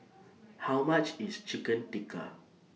How much IS Chicken Tikka